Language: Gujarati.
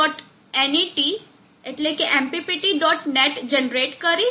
net જનરેટ કરીશ